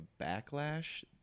backlash